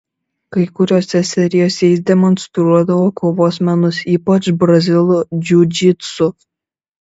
kai kuriose serijose jis demonstruodavo kovos menus ypač brazilų džiudžitsu